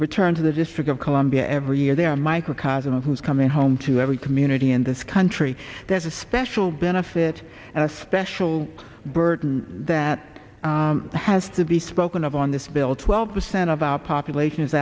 return to the district of columbia every year there are a microcosm of who's coming home to every community in this country there's a special benefit and a special burden that has to be spoken of on this bill twelve percent of our population is